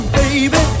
baby